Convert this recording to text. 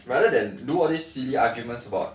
rather than do all these silly arguments about